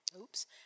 Oops